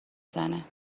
زنه